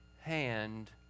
hand